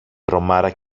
τρομάρα